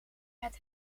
het